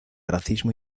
racismo